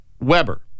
Weber